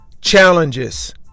challenges